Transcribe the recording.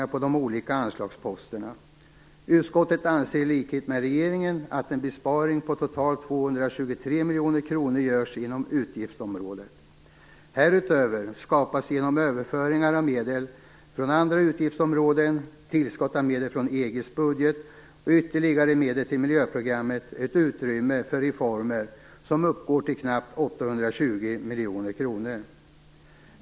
Utskottet anser i likhet med regeringen att en besparing på totalt 223 miljoner kronor görs inom utgiftsområdet. Härutöver skapas - genom överföringar av medel från andra utgiftsområden, tillskott av medel från EG:s budget och ytterligare medel till miljöprogrammet - ett utrymme för reformer som uppgår till knappt 820 miljoner kronor.